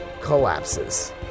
collapses